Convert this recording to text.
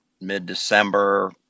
mid-December